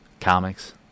comics